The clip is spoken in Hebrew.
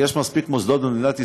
יש מספיק מוסדות במדינת ישראל,